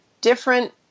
different